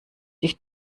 dich